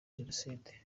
jenoside